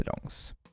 belongs